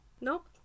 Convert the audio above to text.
Nope